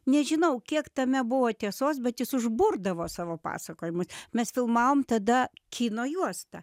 nežinau kiek tame buvo tiesos bet jis užburdavo savo pasakojimu mes filmavom tada kino juostą